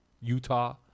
Utah